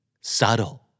Subtle